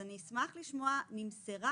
אני אשמח לשמוע מה אומרת המילה נמסרה